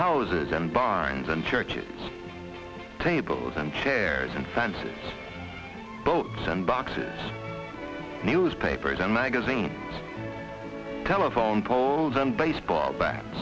houses and binds and churches tables and chairs and fancy boats and boxes newspapers and magazines telephone poles and baseball bat